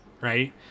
right